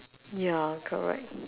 ya correct